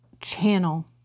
channel